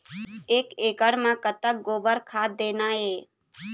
एक एकड़ म कतक गोबर खाद देना ये?